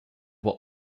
were